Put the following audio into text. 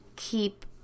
keep